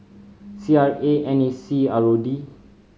C R A N A C R O D